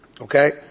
Okay